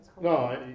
No